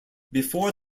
before